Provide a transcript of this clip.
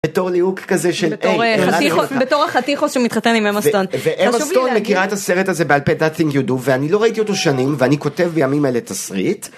בתור להיוק כזה של היי. בתור החתיכוס שמתחתן עם אמה סטון. ואמה סטון מכירה את הסרט הזה בעל פה that thing you do ואני לא ראיתי אותו שנים ואני כותב בימים האלה את הסריט.